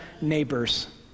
neighbors